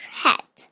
hat